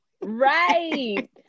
Right